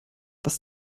was